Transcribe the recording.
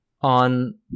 on